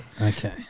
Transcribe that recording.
Okay